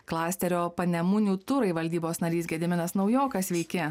klasterio panemunių turai valdybos narys gediminas naujokas sveiki